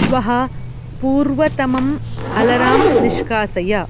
श्वः पूर्वतमम् अलराम् निष्कासय